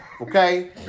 Okay